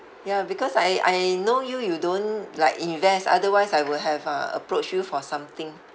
ya because I I know you you don't like invest otherwise I would have uh approach you for something